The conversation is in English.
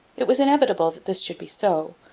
it was inevitable that this should be so,